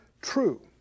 true